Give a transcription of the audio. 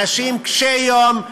אנשים קשי יום,